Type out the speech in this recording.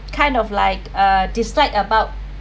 kind of like uh dislike about